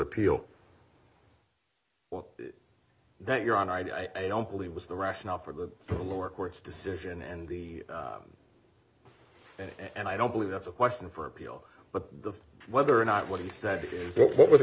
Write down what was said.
what that you're on i don't believe was the rationale for the for the lower court's decision and the and i don't believe that's a question for appeal but whether or not what he said is what were the